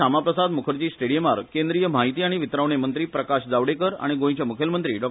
श्यामाप्रसाद मुखर्जी स्टेडीयमार केंद्रीय म्हायती आनी वितरावणे मंत्री प्रकाश जावडेकर आनी गोंयचे मुखेलमंत्री डा